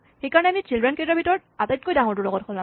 সেইকাৰণে আমি চিল্ড্ৰেনকেইটাৰ ভিতৰত আটাইতকৈ ডাঙৰটোৰ লগত সলাম